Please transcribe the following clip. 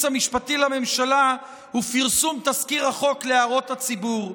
המשפטי לממשלה ופרסום תזכיר החוק להערות הציבור.